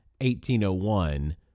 1801